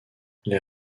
les